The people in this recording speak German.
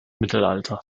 mittelalter